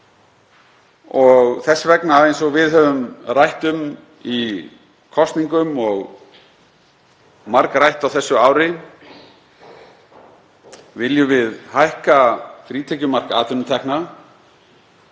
Þess vegna, eins og við höfum rætt um í kosningum og margrætt á þessu ári, viljum við hækka frítekjumark atvinnutekna.